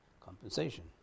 compensation